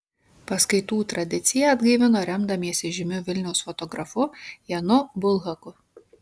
paskaitų tradiciją atgaivino remdamiesi žymiu vilniaus fotografu janu bulhaku